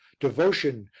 devotion,